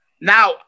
Now